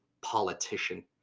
politician